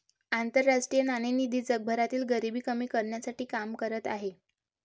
आंतरराष्ट्रीय नाणेनिधी जगभरातील गरिबी कमी करण्यासाठी काम करत आहे